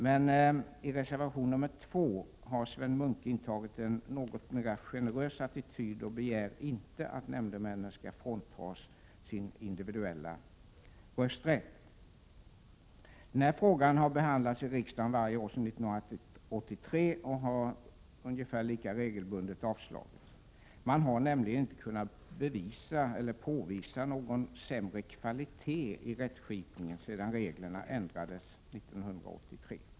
Men i reservation nr 2 har Sven Munke intagit en mera generös attityd och begär inte att nämndemännen skall fråntas sin individuella rösträtt. De här yrkandena har behandlats i riksdagen varje år sedan 1983 och har lika regelbundet avslagits. Man har nämligen inte kunnat påvisa någon sämre kvalitet i rättskipningen sedan reglerna ändrades 1983.